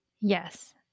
Yes